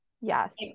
yes